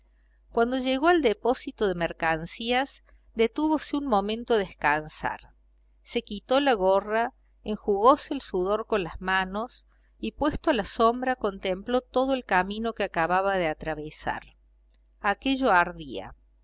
cuando llegó al depósito de mercancías detúvose un momento a descansar se quitó la gorra enjugose el sudor con las manos y puesto a la sombra contempló todo el camino que acababa de atravesar aquello ardía